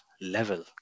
level